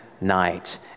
night